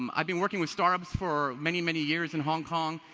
um i've been working with startups for many, many years, in hong kong,